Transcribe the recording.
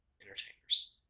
entertainers